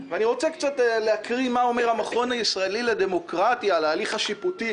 אז אני רוצה להקריא מה אומר המכון הישראלי לדמוקרטיה על ההליך השיפוטי